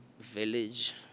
village